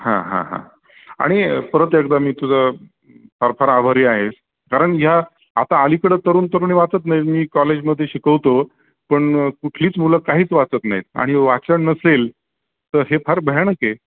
हां हां हां आणि परत एकदा मी तुझं फार फार आभारी आहे कारण ह्या आता अलीकडं तरुण तरुणी वाचत नाही मी कॉलेजमध्ये शिकवतो पण कुठलीच मुलं काहीच वाचत नाहीत आणि वाचण नसेल तर हे फार भयानक आहे